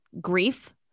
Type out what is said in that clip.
grief